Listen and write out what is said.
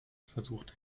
versucht